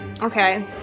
Okay